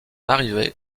arrivée